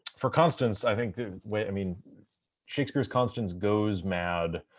for constance, i think the way i mean shakespeare's constance goes mad.